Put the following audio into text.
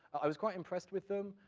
i was quite impressed with them.